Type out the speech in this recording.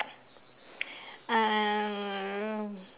uh